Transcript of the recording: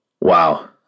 Wow